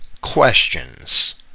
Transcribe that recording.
questions